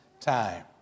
time